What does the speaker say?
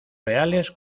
reales